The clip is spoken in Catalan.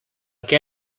què